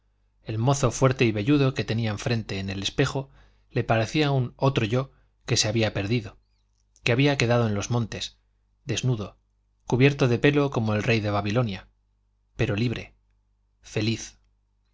mozo fuerte y velludo que tenía enfrente en el espejo le parecía un otro yo que se había perdido que había quedado en los montes desnudo cubierto de pelo como el rey de babilonia pero libre feliz